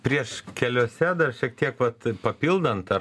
prieš keliuose dar šiek tiek vat papildant ar